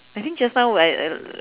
I think just now while uh